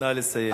נא לסיים.